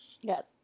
Yes